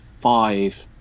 five